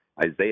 Isaiah